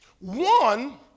One